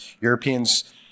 Europeans